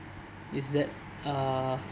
is that uh